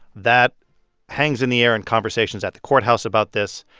that hangs in the air in conversations at the courthouse about this.